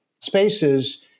spaces